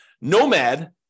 nomad